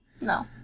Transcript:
No